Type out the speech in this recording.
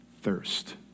thirst